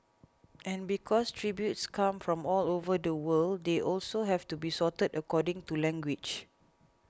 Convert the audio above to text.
and because tributes come from all over the world they also have to be sorted according to language